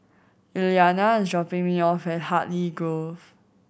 Iliana is dropping me off at Hartley Grove